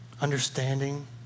understanding